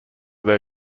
their